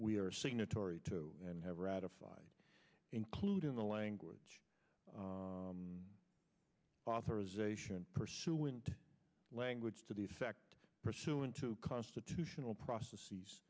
we are signatory to and have ratified including the language authorization pursuant language to the effect pursuant to constitutional process